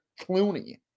Clooney